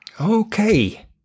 okay